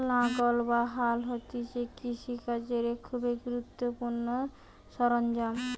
লাঙ্গল বা হাল হতিছে কৃষি কাজের এক খুবই গুরুত্বপূর্ণ সরঞ্জাম